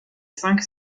cinq